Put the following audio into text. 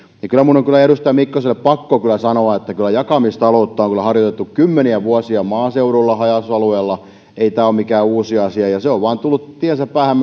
kyllä minun on edustaja mikkoselle pakko sanoa että kyllä jakamistaloutta on harjoitettu kymmeniä vuosia maaseudulla ja haja asutusalueilla ei tämä ole mikään uusi asia se on vain tullut tiensä päähän